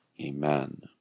Amen